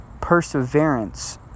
perseverance